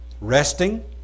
resting